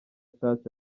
church